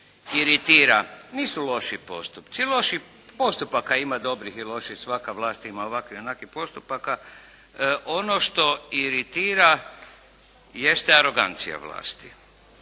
iritira, nisu loši postupci. Postupaka ima dobrih i loših, svaka vlast ima ovakvih i onakvih postupaka. Ono što iritira jeste arogancija vlasti.